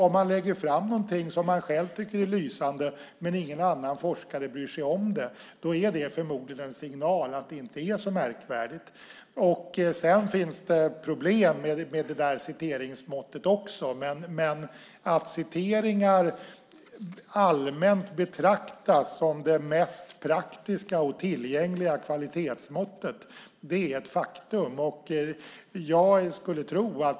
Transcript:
Om man lägger fram någonting som man själv tycker är lysande men ingen annan forskare bryr sig om det är det förmodligen en signal om att det inte är så märkvärdigt. Det finns problem med citeringsmåttet också. Men att citeringar allmänt betraktas som det mest praktiska och tillgängliga kvalitetsmåttet är ett faktum.